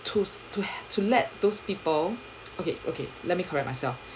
to to to let those people okay okay let me correct myself